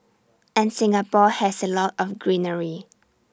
and Singapore has A lot of greenery